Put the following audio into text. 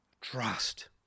trust